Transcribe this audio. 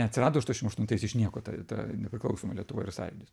neatsirado aštuonšim aštuntais iš nieko ta ta nepriklausoma lietuva ir sąjūdis